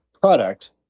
product